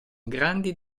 grandi